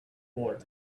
war